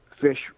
fish